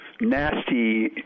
Nasty